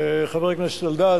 חבר הכנסת אלדד,